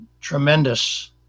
tremendous